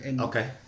Okay